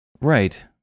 Right